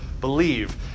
believe